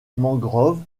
mangrove